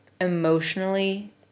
emotionally